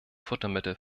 futtermittel